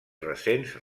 recents